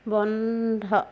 বন্ধ